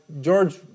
George